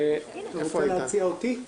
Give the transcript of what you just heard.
אתה רוצה להציע אותי?